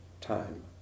time